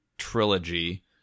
trilogy